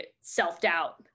self-doubt